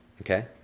Okay